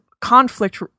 conflict